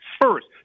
first